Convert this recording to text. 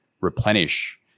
replenish